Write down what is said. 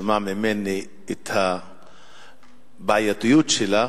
שמע ממני את הבעייתיות שלה,